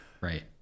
Right